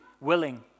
willing